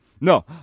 No